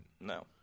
No